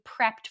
prepped